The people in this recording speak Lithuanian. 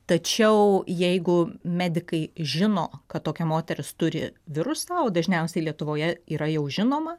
tačiau jeigu medikai žino kad tokia moteris turi virusą o dažniausiai lietuvoje yra jau žinoma